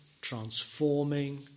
transforming